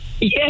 Yes